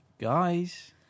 Guys